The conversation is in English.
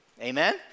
Amen